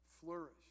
flourish